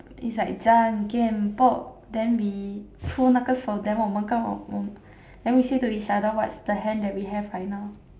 is like then we 出那个手 then 我们跟我 then we say to each other what is the hand that we have right now